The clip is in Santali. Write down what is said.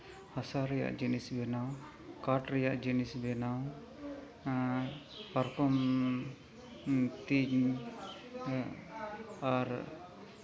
ᱦᱟᱥᱟ ᱨᱮᱭᱟᱜ ᱡᱤᱱᱤᱥ ᱵᱮᱱᱟᱣ ᱠᱟᱴᱷ ᱨᱮᱭᱟᱜ ᱡᱤᱱᱤᱥ ᱵᱮᱱᱟᱣ ᱯᱟᱨᱠᱚᱢ ᱛᱮᱧ ᱟᱨ